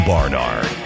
Barnard